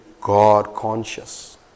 God-conscious